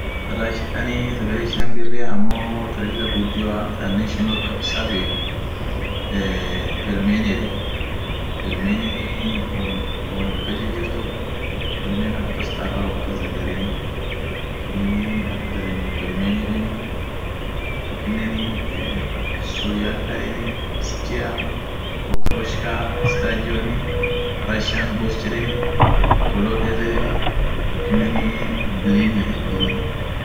Russian sagale ishin birria ammo thaa lila ghudio thaa national kabsaa bekhen eee pelmenia yedheni pelmenin fonn wolkas jijirthu aminen akaa paster faa wolkas dhadhareni sunin akas yedheni palmenia yedheni tokinen ee soliakhaaa yedheni schair oscroach car starjioni russian bust yedheni colodhes yedheni tokinen bliniiii